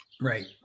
right